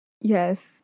Yes